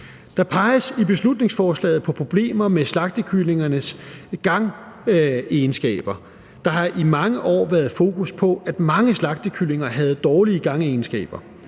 Der peges i beslutningsforslaget på problemer med slagtekyllingernes gangegenskaber. Der har i mange år været fokus på, at mange slagtekyllinger havde dårlige gangegenskaber.